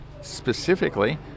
specifically